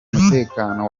mutekano